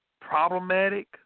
problematic